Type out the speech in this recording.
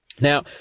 Now